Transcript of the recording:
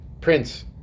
prince